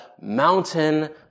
mountain